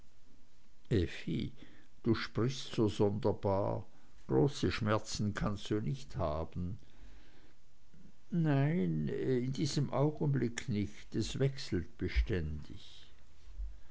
effi du sprichst so sonderbar große schmerzen kannst du nicht haben nein in diesem augenblick nicht es wechselt beständig